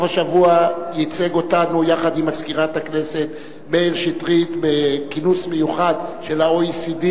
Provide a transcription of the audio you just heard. בסוף השבוע הוא ייצג אותנו יחד עם מזכירת הכנסת בכינוס מיוחד של ה-OECD,